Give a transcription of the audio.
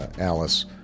Alice